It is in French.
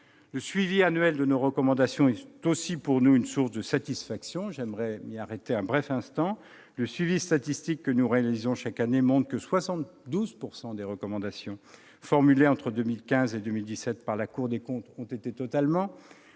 Le suivi annuel de nos recommandations est aussi pour nous une source de satisfaction ; j'aimerais m'y arrêter un bref instant. Le suivi statistique que nous réalisons chaque année montre que 72 % des recommandations formulées entre 2015 et 2017 par la Cour des comptes ont été totalement